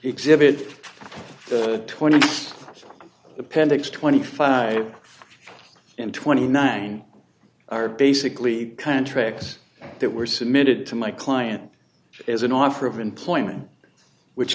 exhibit good twenty one appendix twenty five and twenty nine are basically contracts that were submitted to my client is an offer of employment which